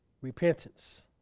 repentance